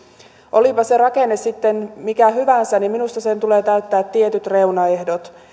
olipa se rakenne mikä hyvänsä minusta sen tulee täyttää tietyt reunaehdot